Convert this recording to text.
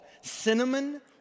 cinnamon